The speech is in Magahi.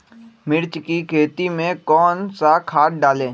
मिर्च की खेती में कौन सा खाद डालें?